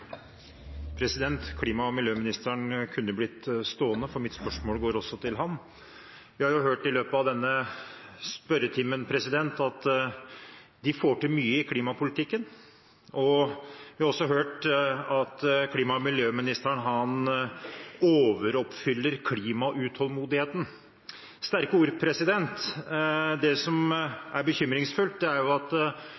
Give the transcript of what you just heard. miljøministeren kunne blitt stående, for mitt spørsmål går også til ham. Vi har hørt i løpet av denne spørretimen at de får til mye i klimapolitikken. Vi har også hørt at klima- og miljøministeren overoppfyller klimautålmodigheten – sterke ord. Det som